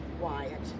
Wyatt